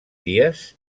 díaz